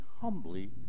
humbly